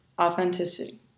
authenticity